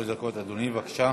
עד שלוש דקות, אדוני, בבקשה.